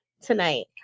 tonight